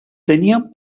tenían